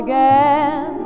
Again